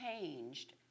changed